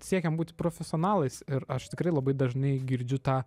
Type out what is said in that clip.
siekėm būti profesionalais ir aš tikrai labai dažnai girdžiu tą